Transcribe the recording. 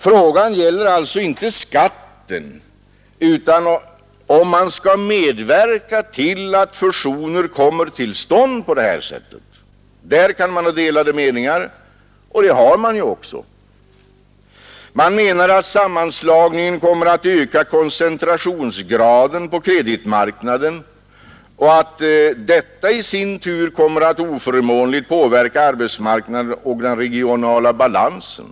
Frågan gäller alltså inte skatten, utan frågan är huruvida man skall medverka till att fusioner på detta sätt kommer till stånd. På den punkten kan man ha delade meningar, och det har man ju också. Det anses att sammanslagningen kommer att öka koncentrationsgraden på kreditmarknaden och att detta i sin tur kommer att oförmånligt påverka arbetsmarknaden och den regionala balansen.